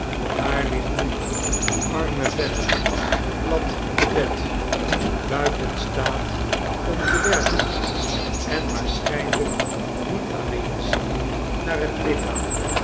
daar ligt nu de arme vent plat te bed buiten staat om te werken en waarschijnlijk niet alleen ziek naar het lichaam